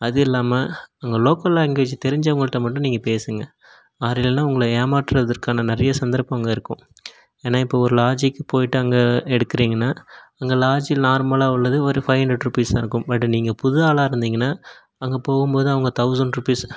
அது இல்லாமல் அங்கே லோக்கல் லேங்குவேஜு தெரிஞ்சவங்கள்கிட்ட மட்டும் நீங்கள் பேசுங்க ஆர் இல்லைன்னா உங்களை ஏமாற்றுவதற்கான நிறைய சந்தர்ப்பம் அங்கே இருக்கும் ஏன்னால் இப்போது ஒரு லார்ஜுக்குப் போய்விட்டு அங்கே எடுக்கிறீங்கன்னால் அங்கே லார்ஜு நார்மலாக உள்ளது ஒரு ஃபைவ் ஹண்ட்ரேட் ருபீஸாக இருக்கும் பட்டு நீங்கள் புது ஆளாக இருந்தீங்கன்னால் அங்கே போகும்போது அவங்க தௌசண்ட் ருபீஸ்